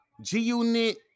G-Unit